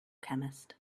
chemist